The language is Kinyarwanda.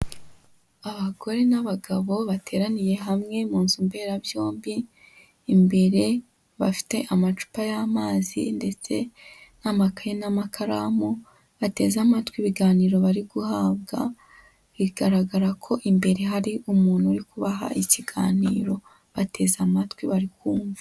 Abagore n'abagabo bateraniye hamwe mu nzu mberabyombi, imbere bafite amacupa y'amazi ndetse n'amakaye n'amakaramu, bateze amatwi ibiganiro bari guhabwa bigaragara ko imbere hari umuntu uri kubaha ikiganiro, bateze amatwi bari kumva.